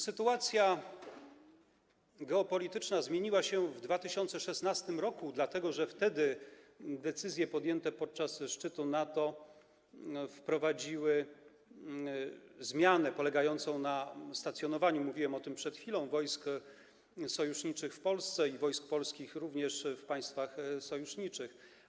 Sytuacja geopolityczna zmieniła się w 2016 r., dlatego że wtedy decyzje podjęte podczas szczytu NATO wprowadziły zmianę polegającą na stacjonowaniu - mówiłem o tym przed chwilą - wojsk sojuszniczych w Polsce i wojsk polskich również w państwach sojuszniczych.